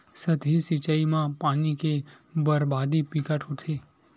सतही सिचई म पानी के बरबादी बिकट होथे